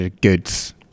Goods